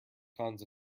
cons